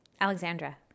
Alexandra